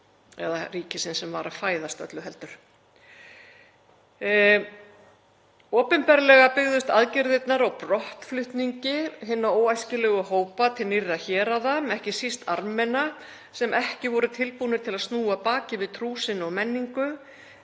eða ríkisins sem var að fæðast öllu heldur. Opinberlega byggðust aðgerðirnar á brottflutningi hinna óæskilegu hópa til nýrra héraða, ekki síst Armena sem ekki voru tilbúnir til að snúa baki við trú sinni og menningu,